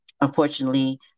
unfortunately